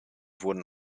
wurden